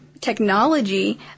technology